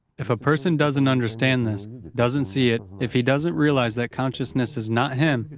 if a person doesn't understand this, doesn't see it, if he doesn't realise that consciousness is not him,